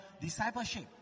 discipleship